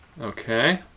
Okay